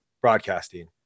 broadcasting